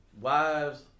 wives